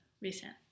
recent